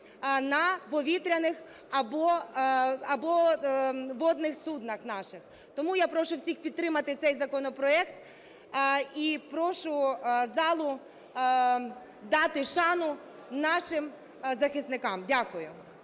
на повітряних або водних суднах наших. Тому я прошу всіх підтримати цей законопроект, і прошу залу дати шану нашим захисникам. Дякую.